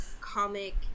comic